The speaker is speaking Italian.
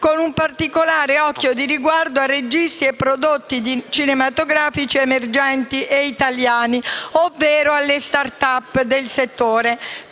con un particolare occhio di riguardo a registi e prodotti cinematografici emergenti e italiani ovvero alle *start up* del settore;